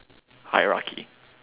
hierarchy